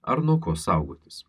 ar nuo ko saugotis